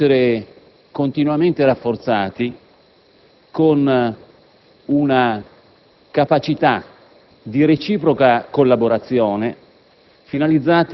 devono essere continuamente rafforzati, con una capacità di reciproca collaborazione,